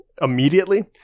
immediately